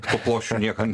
po ploščiu nieką